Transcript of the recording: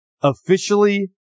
officially